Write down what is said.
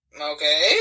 okay